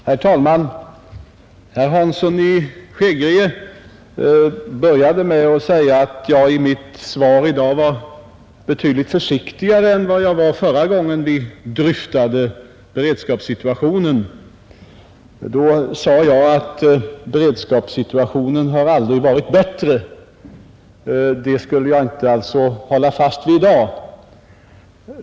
Herr talman! Herr Hansson i Skegrie började med att säga att jag i mitt svar i dag var betydligt försiktigare än jag var förra gången vi dryftade beredskapssituationen. Den gången sade jag att beredskapssituationen aldrig har varit bättre; det skulle jag alltså inte hålla fast vid i dag.